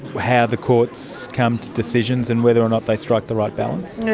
how the courts come to decisions and whether or not they strike the right balance? yes,